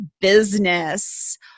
business